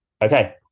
okay